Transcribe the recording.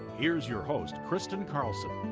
here is your host, kristin carlson.